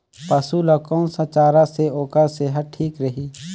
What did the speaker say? पशु ला कोन स चारा से ओकर सेहत ठीक रही?